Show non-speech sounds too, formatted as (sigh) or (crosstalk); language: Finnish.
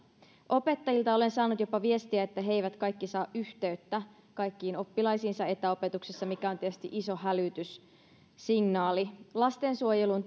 opettajilta olen saanut jopa viestiä että he eivät kaikki saa yhteyttä kaikkiin oppilaisiinsa etäopetuksessa mikä on tietysti iso hälytyssignaali lastensuojeluun (unintelligible)